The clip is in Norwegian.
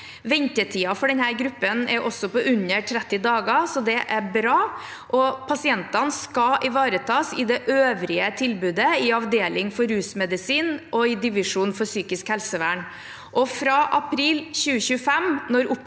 Ventetiden for denne gruppen er på under 30 dager, det er bra, og pasientene skal ivaretas i det øvrige tilbudet i avdelingen for rusmedisin og divisjonen for psykisk helsevern.